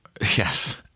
Yes